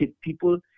people